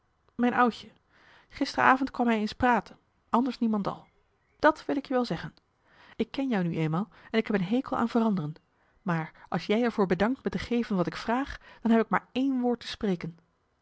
avond kwam hij eens praten anders niemendal dat wil ik je wel zeggen ik ken jou nu eenmaal en ik heb een hekel aan veranderen maar als jij er voor bedankt me te geven wat ik vraag dan heb ik maar één woord te spreken